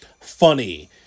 funny